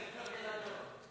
נתקבלה.